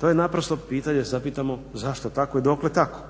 To je naprosto pitanje da se zapitamo zašto tako i dokle tako.